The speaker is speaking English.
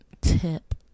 tip